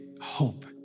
hope